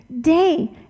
day